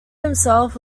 himself